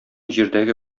җирдәге